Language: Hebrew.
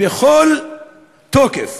בכל תוקף,